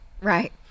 Right